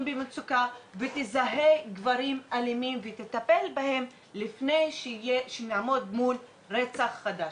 במצוקה ותזהה גברים אלימים ותטפל בהם לפני שנעמוד מול רצח חדש.